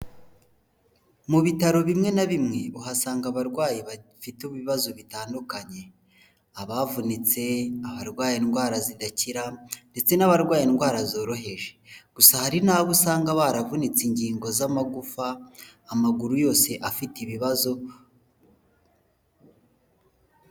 Mu bitaro bimwe na bimwe uhasanga abarwayi bafite ibibazo bitandukanye, abavunitse, abarwaye indwara zidakira ndetse n'abarwaye indwara zoroheje. Gusa hari n'abo usanga baravunitse ingingo z'amagufa amaguru yose afite ibibazo.